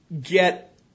get